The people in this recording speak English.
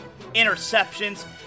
interceptions